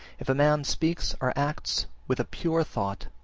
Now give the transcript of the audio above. if a man speaks or acts with a pure thought,